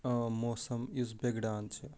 موسم یُس بگڑان چھِ